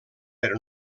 però